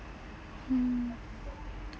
mm